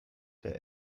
der